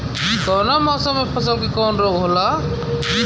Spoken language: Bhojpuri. कवना मौसम मे फसल के कवन रोग होला?